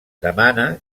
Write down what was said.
demana